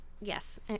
yes